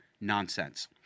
Nonsense